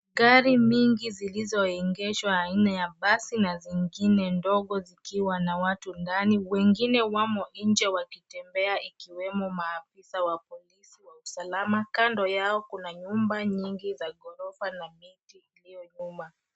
Gari mingi zilizoegeshwa aina ya basi na zingine ndogo zikiwa na watu ndani, wengine wamo nje wakitembea ikiwemo maafisa wa polisi wa usalama. Kando yao kuna nyumba nyingi za ghorofa na miti iliyo nyuma.